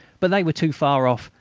but they were too far off,